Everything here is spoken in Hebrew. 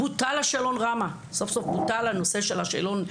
בוטל שאלון ראמ"ה.